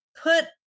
put